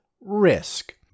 Risk